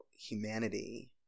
humanity